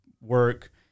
work